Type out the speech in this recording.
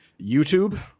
YouTube